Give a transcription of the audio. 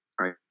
right